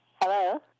Hello